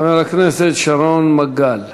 חבר הכנסת שרון מגל.